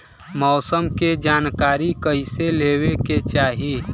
मौसम के जानकारी कईसे लेवे के चाही?